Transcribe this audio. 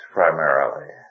primarily